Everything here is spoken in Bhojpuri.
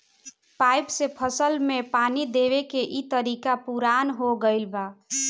पाइप से फसल में पानी देवे के इ तरीका पुरान हो गईल बा